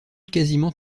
quasiment